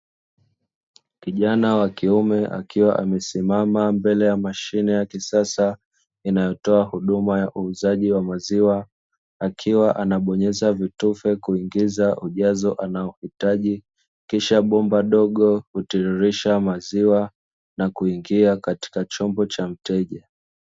Kijana wa kiume akiwa amesimama mbele ya mashine ya kisasa, inayotia huduma ya uuzaji wa maziwa. Akiwa anabonyeza vitufe kuingiza ujazo anaohitaji, kisha bomba dogo hutiririsha maziwa na kuingia katika chombo cha mteja.